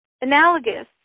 analogous